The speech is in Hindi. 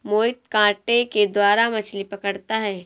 मोहित कांटे के द्वारा मछ्ली पकड़ता है